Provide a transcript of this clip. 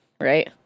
right